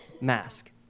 Mask